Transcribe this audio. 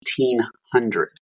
1,800